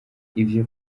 ivyo